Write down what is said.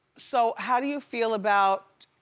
so how do you feel about,